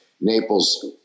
Naples